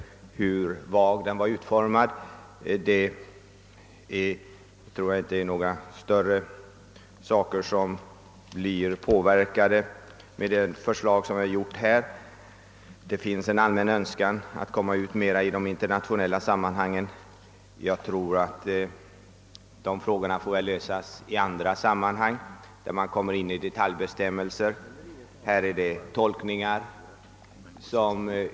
Jag tror inte att de föreslagna lagreglerna i någon större utsträckning kom mer att påverka bankernas möjligheter att bedriva internationell verksamhet. Det finns en allmän önskan att i större utsträckning «bedriva «internationell verksamhet, men jag tror att de problem som sammanhänger därmed får lösas i andra sammanhang där man kan gå in på detaljbestämmelser. Här är det fråga om tolkningar.